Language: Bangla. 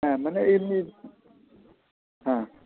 হ্যাঁ মানে এমনি হ্যাঁ